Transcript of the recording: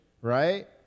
right